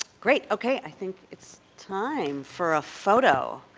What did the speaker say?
great. okay. i think it's time for a photo.